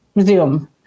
Zoom